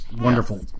Wonderful